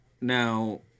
now